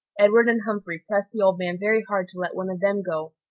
edward and humphrey pressed the old man very hard to let one of them go,